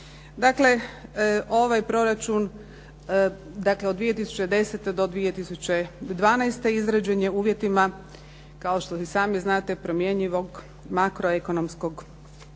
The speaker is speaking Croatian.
Dakle, ovaj proračun dakle od 2010. do 2012. izrađen je u uvjetima, kao što i sami znate, promjenjivog makroekonomskog okružja.